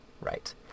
right